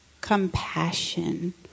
compassion